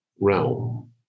realm